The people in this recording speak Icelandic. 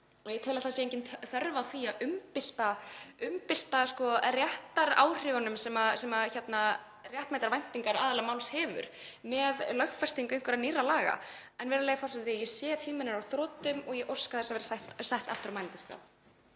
og ég tel að það sé engin þörf á því að umbylta réttaráhrifunum sem réttmætar væntingar aðila máls hafa með lögfestingu einhverra nýrra laga. En, virðulegi forseti, ég sé að tíminn er á þrotum og ég óska þess að verða sett aftur á mælendaskrá.